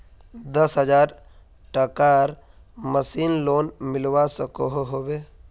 दस हजार टकार मासिक लोन मिलवा सकोहो होबे?